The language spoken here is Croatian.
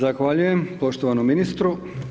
Zahvaljujem poštovanom ministru.